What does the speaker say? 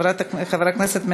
חבר הכנסת יהודה גליק,